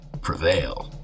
prevail